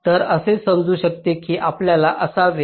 तर असे असू शकते जे आपल्याला असावे